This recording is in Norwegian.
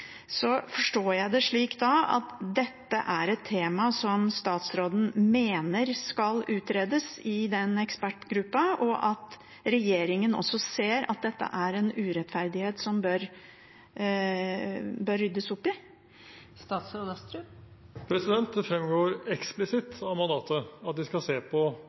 det da slik å forstå at dette er et tema som statsråden mener skal utredes i denne ekspertgruppa, og at regjeringen også ser at dette er en urettferdighet det bør ryddes opp i? Det fremgår eksplisitt av mandatet at de skal se på